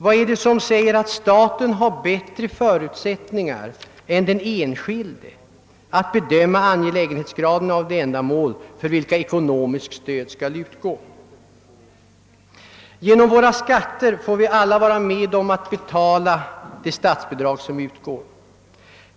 Vad är det som säger att staten har bättre förutsättningar än den enskilde att bedöma angelägenhetsgraden av de ändamål till vilka ekonomiskt stöd skall utgå? Genom våra skatter får vi alla vara med om att betala de statsbidrag som utgår.